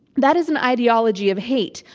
that is an ideology of hate,